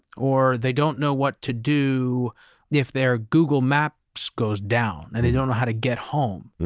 or they don't know what to do if their google maps goes down and they don't know how to get home,